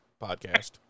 podcast